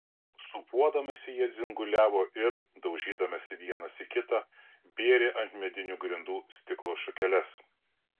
sūpuodamiesi jie dzinguliavo ir daužydamiesi vienas į kitą bėrė ant medinių grindų stiklo šukeles